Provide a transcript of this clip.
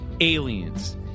Aliens